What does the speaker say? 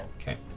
Okay